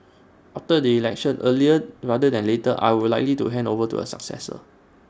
after the election earlier rather than later I would likely to hand over to A successor